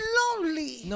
lonely